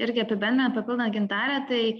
irgi apibendrinant papildant gintarę tai